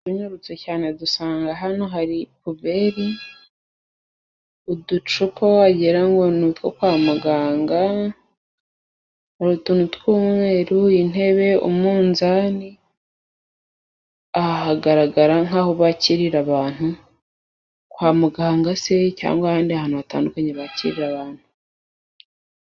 Tunyarutse cyane dusanga hano hari puberi, uducupa wagira ngo ni utwo kwa muganga, ni utuntu tw'umweru intebe, umunzani ,aha hagaragara nk'aho bakirira abantu kwa muganga se, cyangwa ahandi hantu hatandukanye bakirira abantu.